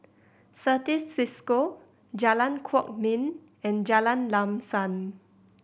Certis Cisco Jalan Kwok Min and Jalan Lam Sam